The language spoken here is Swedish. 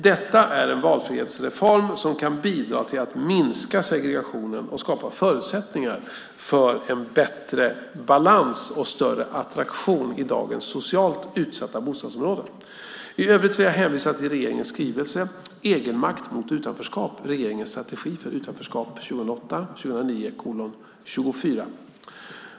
Detta är en valfrihetsreform som kan bidra till att minska segregationen och skapa förutsättningar för en bättre balans och större attraktion i dagens socialt utsatta bostadsområden. I övrigt vill jag hänvisa till regeringens skrivelse Egenmakt mot utanförskap - regeringens strategi för integration .